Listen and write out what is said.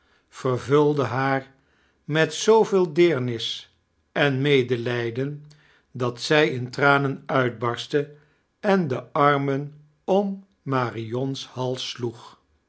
vervulde haar met zooveel deemis en medelijdem dat zij in tranen uitbarstte en dearmen om marion's hals sloeg